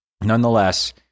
nonetheless